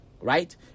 right